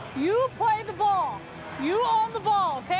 you play the ball you own the ball,